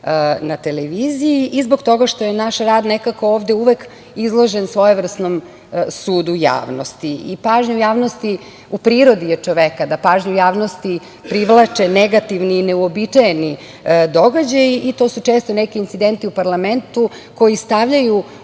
na televiziji i zbog toga što je naš rad nekako ovde uvek izložen svojevrsnom sudu javnosti. U prirodi je čoveka da pažnju javnosti privlače negativni i neuobičajeni događaji i to su često neki incidenti u parlamentu koji stavljaju